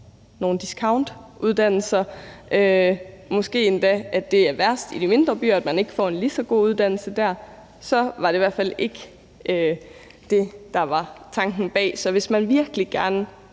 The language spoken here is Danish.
nogle discountuddannelser, hvor det måske endda er værst i de mindre byer, hvor man ikke får en lige så god uddannelse, så var det i hvert fald ikke det, der var tanken bag det. Så hvis man virkelig gerne